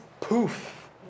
Poof